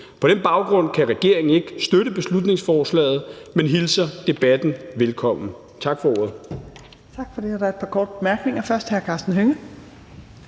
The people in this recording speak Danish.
På den baggrund kan regeringen ikke støtte beslutningsforslaget, men hilser debatten velkommen. Tak for ordet.